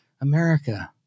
America